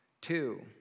Two